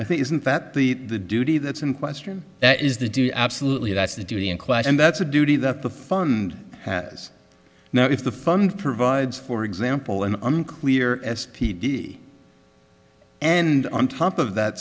i think isn't that the the duty that's in question that is the do absolutely that's the duty in class and that's a duty that the fund has now if the fund provides for example an unclear s p d and on top of that